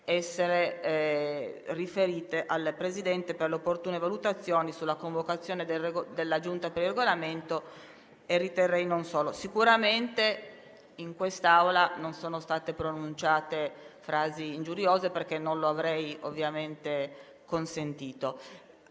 essere riferite al Presidente, per le opportune valutazioni sulla convocazione della Giunta per il Regolamento e non solo. Sicuramente in quest'Aula non sono state pronunciate frasi ingiuriose, perché non lo avrei ovviamente consentito.